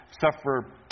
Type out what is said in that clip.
suffer